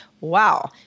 wow